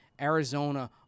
Arizona